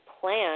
plan